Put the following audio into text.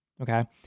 okay